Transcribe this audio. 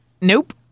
Nope